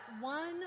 one